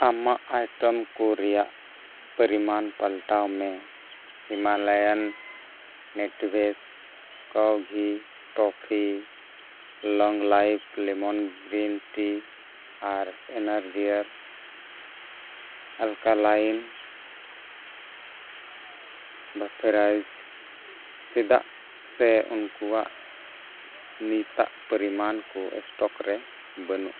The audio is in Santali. ᱟᱢᱟᱜ ᱟᱭᱴᱮᱢ ᱠᱚ ᱨᱮᱭᱟᱜ ᱯᱚᱨᱤᱢᱟᱱ ᱯᱟᱞᱴᱟᱣ ᱢᱮ Himalayan natives cow ghee Tetley long leaf lemon green tea ᱟᱨ ᱤᱱᱟᱨᱡᱤᱭᱟᱨ ᱟᱨᱠᱟᱞᱟᱭᱤᱱ ᱵᱮᱴᱟᱨᱤᱡ ᱪᱮᱫᱟᱜ ᱥᱮ ᱩᱱᱠᱩᱣᱟᱜ ᱱᱤᱛ ᱟᱜ ᱯᱚᱨᱤᱢᱟᱱ ᱠᱚ ᱥᱴᱚᱠ ᱨᱮ ᱵᱟᱹᱱᱩᱜᱼᱟ